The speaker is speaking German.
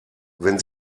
wenn